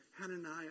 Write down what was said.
Hananiah